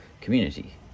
community